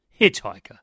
Hitchhiker